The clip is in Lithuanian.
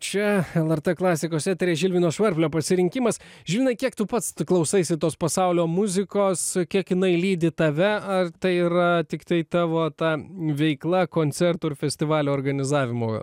čia lrt klasikos eteryje žilvino švarplio pasirinkimas žilvinai kiek tu pats klausaisi tos pasaulio muzikos kiek jinai lydi tave ar tai yra tiktai tavo ta veikla koncertų ir festivalio organizavimo